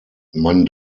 man